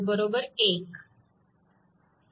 हे समीकरण 1 आहे